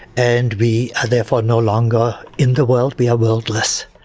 and we are therefore no longer in the world we are world-less.